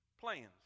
Plans